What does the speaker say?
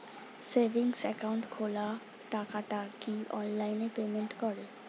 Savings account খোলা টাকাটা কি অনলাইনে পেমেন্ট করে?